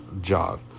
John